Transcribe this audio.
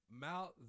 Mount